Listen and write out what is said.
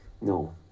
No